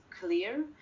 CLEAR